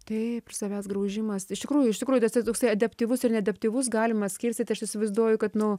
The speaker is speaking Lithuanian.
taip ir savęs graužimas iš tikrųjų iš tikrųjų tas tas toksai adaptyvus ir neadaptyvus galima skirstyti aš įsivaizduoju kad nu